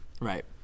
Right